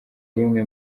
rimwe